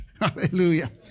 Hallelujah